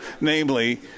namely